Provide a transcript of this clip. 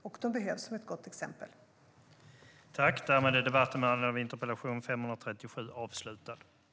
De behövs som ett gott exempel.